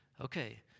okay